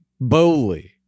Bowley